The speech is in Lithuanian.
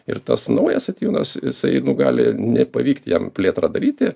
ir tas naujas atėjūnas jisai nu gali nepavykti jam plėtrą daryti